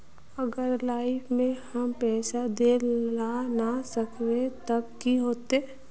अगर लाइफ में हम पैसा दे ला ना सकबे तब की होते?